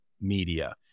media